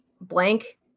blank